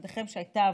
ללמדכם שהייתה עבודה,